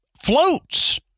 floats